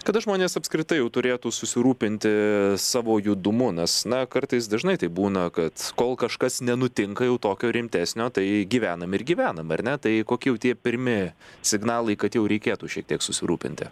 kada žmonės apskritai jau turėtų susirūpinti savo judumu nes na kartais dažnai tai būna kad kol kažkas nenutinka jau tokio rimtesnio tai gyvenam ir gyvenam ar ne tai koki jau tie pirmi signalai kad jau reikėtų šiek tiek susirūpinti